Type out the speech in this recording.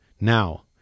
now